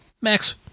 Max